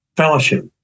fellowship